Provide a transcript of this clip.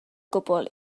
gwbl